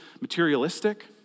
materialistic